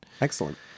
excellent